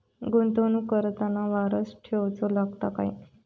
गुंतवणूक करताना वारसा ठेवचो लागता काय?